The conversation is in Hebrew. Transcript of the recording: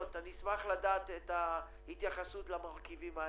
איך פותרים את הסוגיה הזאת כדי שיוכלו להכניס הכנסה לחודשים הקרובים?